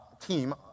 team